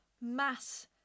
mass